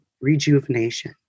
rejuvenation